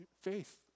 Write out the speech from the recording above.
faith